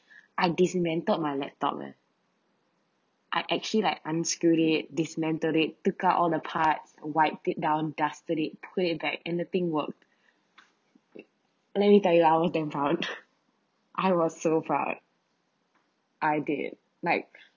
I dismantled my laptop leh I actually like unscrewed it dismantled it took out all the parts wiped it down dusted it put it back and the thing work it let me tell you how much I'm proud I was so proud I did like